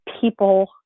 people